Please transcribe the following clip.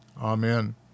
Amen